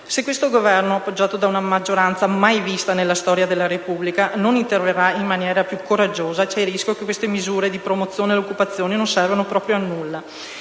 Se questo Governo, appoggiato da una maggioranza mai vista nella storia della Repubblica, non interverrà in maniera più coraggiosa, c'è il rischio che queste misure di promozione dell'occupazione non servano proprio a nulla.